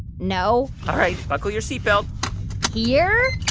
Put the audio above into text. no all right. buckle your seatbelt here.